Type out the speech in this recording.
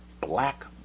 black